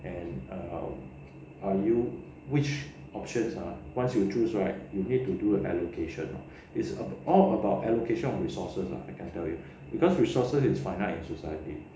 and err are you which options ah once you choose right you need to do an allocation lor it's all about allocation of resources I tell you because resources is finite in society